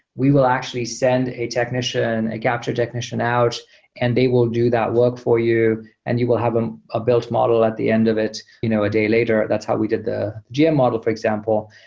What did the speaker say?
we will actually send a technician, a capture technician out and they will do that work for you and you will have um a built model at the end of it you know a day later. that's how we did the gm model, for example.